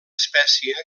espècie